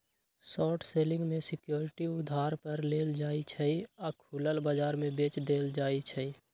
short selling में security उधार पर लेल जाइ छइ आऽ खुलल बजार में बेच देल जाइ छइ